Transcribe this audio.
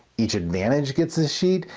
each advantage gets a sheet,